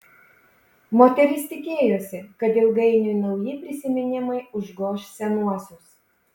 moteris tikėjosi kad ilgainiui nauji prisiminimai užgoš senuosius